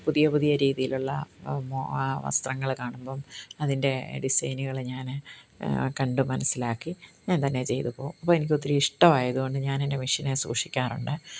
പുതിയ പുതിയ രീതിയിലുള്ള ആ വസ്ത്രങ്ങൾ കാണുമ്പം അതിന്റെ ഡിസൈനുകൾ ഞാൻ കണ്ട് മനസ്സിലാക്കി ഞാന് തന്നെ ചെയ്ത് പോകും അപ്പം എനിക്ക് ഒത്തിരി ഇഷ്ടമായതുകൊണ്ട് ഞാൻ എന്റെ മെഷീനെ സൂക്ഷിക്കാറുണ്ട്